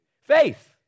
Faith